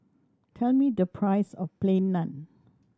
tell me the price of Plain Naan